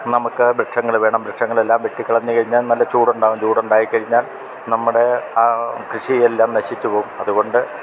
നമുക്ക് വൃക്ഷങ്ങൾ വേണം വൃക്ഷങ്ങൾ എല്ലാം വെട്ടിക്കളഞ്ഞ് കഴിഞ്ഞാൽ നല്ല ചൂട് ഉണ്ടാാവും ചൂട് ഉണ്ടായി കഴിഞ്ഞാൽ നമ്മുടെ ആ കൃഷി എല്ലാം നശിച്ച് പോകും അത്കൊണ്ട്